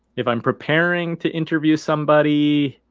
if i'm preparing to interview somebody,